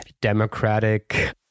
democratic